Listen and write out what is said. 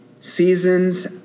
Seasons